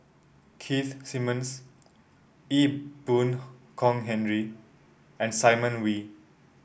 Keith Simmons Ee Boon Kong Henry and Simon Wee